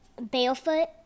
Barefoot